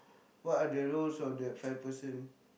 what are the roles of that five person